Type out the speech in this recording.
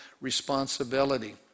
responsibility